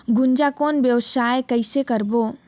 गुनजा कौन व्यवसाय कइसे करबो?